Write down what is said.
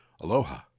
Aloha